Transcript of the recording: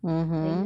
mmhmm